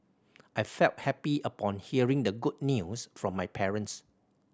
I felt happy upon hearing the good news from my parents